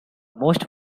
most